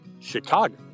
Chicago